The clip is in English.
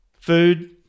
Food